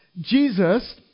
Jesus